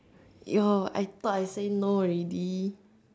yo I thought I say no already